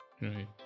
right